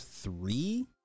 three